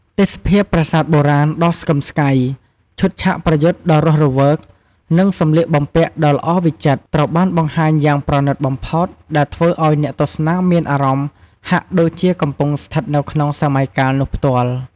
ទេសភាពប្រាសាទបុរាណដ៏ស្កឹមស្កៃ ឈុតឆាកប្រយុទ្ធដ៏រស់រវើក និងសំលៀកបំពាក់ដ៏ល្អវិចិត្រ ត្រូវបានបង្ហាញយ៉ាងប្រណិតបំផុត ដែលធ្វើឲ្យអ្នកទស្សនាមានអារម្មណ៍ហាក់ដូចជាកំពុងស្ថិតនៅក្នុងសម័យកាលនោះផ្ទាល់។